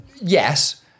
yes